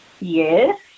yes